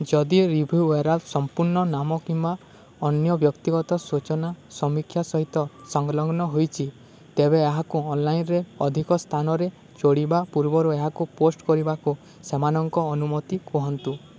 ଯଦି ରିଭିୟୁୟାର ସମ୍ପୂର୍ଣ୍ଣ ନାମ କିମ୍ୱା ଅନ୍ୟ ବ୍ୟକ୍ତିଗତ ସୂଚନା ସମୀକ୍ଷା ସହିତ ସଂଲଗ୍ନ ହୋଇଛି ତେବେ ଏହାକୁ ଅନଲାଇନ୍ରେ ଅଧିକ ସ୍ଥାନରେ ଯୋଡ଼ିବା ପୂର୍ବରୁ ଏହାକୁ ପୋଷ୍ଟ କରିବାକୁ ସେମାନଙ୍କ ଅନୁମତି କୁହନ୍ତୁ